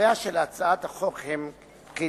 עיקריה של הצעת החוק הם כדלקמן: